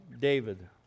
David